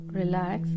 relax